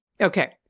Okay